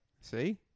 See